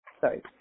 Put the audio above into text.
Sorry